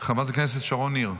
חברת הכנסת שרון ניר.